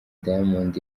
diamond